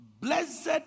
Blessed